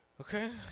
Okay